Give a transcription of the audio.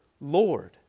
Lord